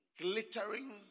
Glittering